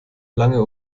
lange